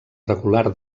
regular